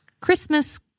Christmas